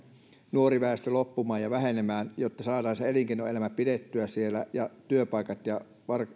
nuori väestö loppumaan ja vähenemään jotta saadaan elinkeinoelämä pidettyä siellä ja työpaikat ja